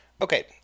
Okay